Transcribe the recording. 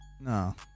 No